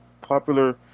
popular